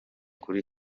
kuri